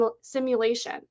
simulation